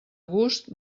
gust